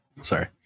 Sorry